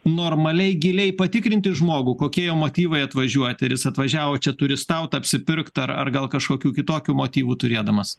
normaliai giliai patikrinti žmogų kokie jo motyvai atvažiuoti ir jis atvažiavo čia turistaut apsipirkt ar ar gal kažkokių kitokių motyvų turėdamas